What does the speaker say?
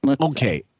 Okay